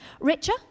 Richer